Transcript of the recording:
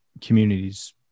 communities